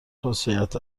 خاصیت